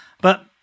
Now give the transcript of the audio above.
but-